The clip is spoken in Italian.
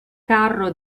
carro